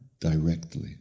directly